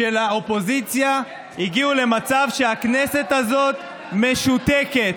של האופוזיציה הביאו למצב שהכנסת הזאת משותקת.